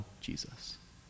Jesus